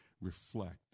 reflect